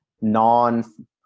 non